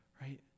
right